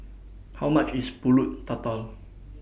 How much IS Pulut Tatal